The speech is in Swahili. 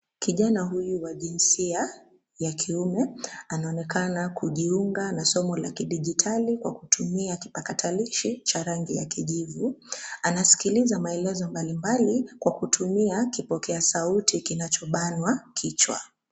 Kijana huyu wa jinsia ya kiume anaonekana kujiunga na somo la kidijitali kwa kutumia kipakatalishi cha rangi ya kijivu, anasikiliza maelezo mbalimbali kwa kutumia kipokea sauti kinachobanwa kichwa.